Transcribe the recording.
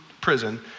prison